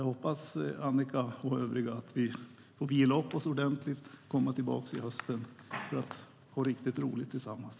Jag hoppas att Annika och vi övriga får vila upp oss ordentligt och komma tillbaka till hösten för att ha riktigt roligt tillsammans.